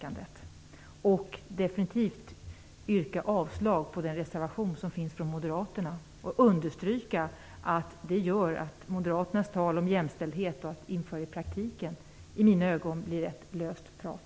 Jag vill också definitivt yrka avslag på den reservation som Moderaterna har lagt fram och understryka att den gör att moderaternas tal om jämställdhet och om att införa jämställdhet i praktiken i mina öron bara blir löst prat.